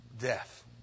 death